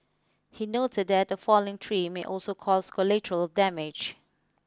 he noted that a falling tree may also cause collateral damage